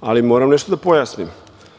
ali moram nešto da pojasnim. Ja